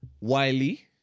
Wiley